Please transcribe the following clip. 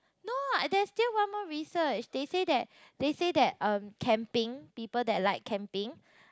no ah there's still one more research they say that they say that um camping people that like camping